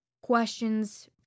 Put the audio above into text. questions